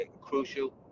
crucial